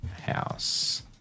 House